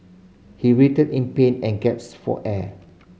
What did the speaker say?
he writhed in pain and gaps for air